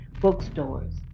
bookstores